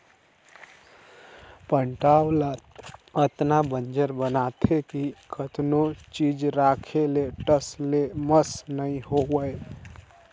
पटांव ल अतना बंजर बनाथे कि कतनो चीज राखे ले टस ले मस नइ होवय